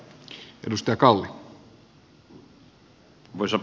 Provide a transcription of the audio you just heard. arvoisa puhemies